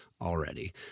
already